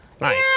Nice